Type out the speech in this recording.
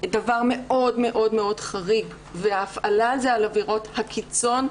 דבר מאוד מאוד חריג, והפעלה שלה על עבירות הקיצון,